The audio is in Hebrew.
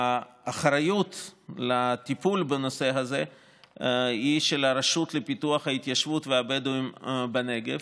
האחריות לטיפול בנושא הזה היא של הרשות לפיתוח התיישבות הבדואים בנגב,